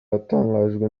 yatangajwe